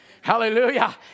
Hallelujah